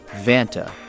Vanta